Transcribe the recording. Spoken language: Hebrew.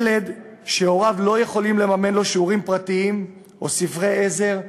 ילד שהוריו לא יכולים לממן לו שיעורים פרטיים או ספרי עזר,